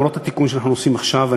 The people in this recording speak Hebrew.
למרות התיקון שאנחנו עושים עכשיו,